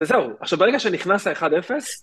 וזהו, עכשיו ברגע שנכנס ה-1,0...